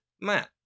Matt